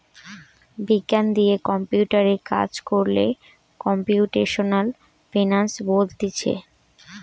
বিজ্ঞান দিয়ে কম্পিউটারে কাজ কোরলে কম্পিউটেশনাল ফিনান্স বলতিছে